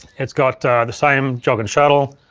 it's got the same jog and shuttle,